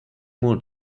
more